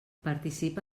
participa